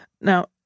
Now